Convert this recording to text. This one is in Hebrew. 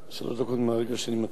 שלוש דקות מהרגע שאני מתחיל.